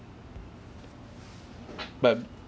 but